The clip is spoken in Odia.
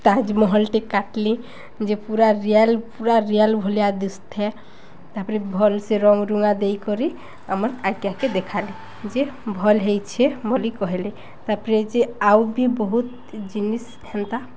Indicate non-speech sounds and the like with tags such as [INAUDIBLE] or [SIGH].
ତାଜମହଲଟେ କାଟଲିି ଯେ ପୁରା ରିୟଲ ପୁରା ରିୟଲ୍ ଭଳିଆ ଦିଷ୍ ଥାଏ ତା'ପରେ ଭଲ ସେ ରଙ୍ଗ ରୁଙ୍ଗା ଦେଇକରି ଆମର୍ [UNINTELLIGIBLE] ଆଗେ ଦେଖାଲି ଯେ ଭଲ୍ ହେଇଛେ ବୋଲି କହିଲେ ତା'ପରେ ଯେ ଆଉ ବି ବହୁତ ଜିନିଷ୍ ହେନ୍ତା